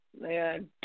Man